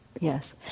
Yes